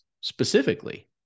specifically